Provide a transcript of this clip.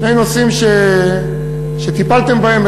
שני נושאים שטיפלתם בהם.